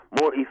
More